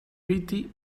piti